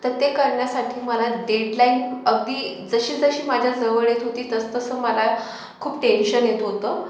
तर ते करण्यासाठी मला डेडलाइन अगदी जशीजशी माझ्याजवळ येत होती तसंतसं मला खूप टेन्शन येत होतं